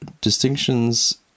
distinctions